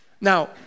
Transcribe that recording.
Now